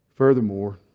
Furthermore